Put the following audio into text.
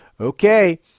Okay